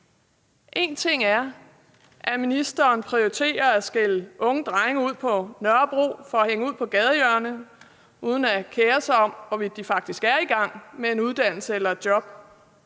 En ting er, at ministeren prioriterer at skælde unge drenge ud på Nørrebro for at hænge ud på gadehjørnet uden at kere sig om, hvorvidt de faktisk er i gang med en uddannelse eller job,